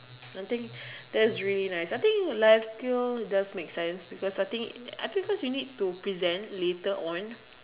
I think that's really nice I think life skills does make sense because I think I think because you need to present later on